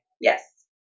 Yes